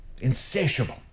insatiable